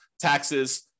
taxes